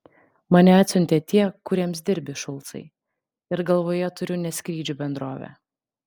mane atsiuntė tie kuriems dirbi šulcai ir galvoje turiu ne skrydžių bendrovę